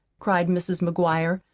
cried mrs. mcguire,